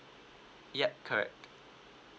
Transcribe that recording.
yup correct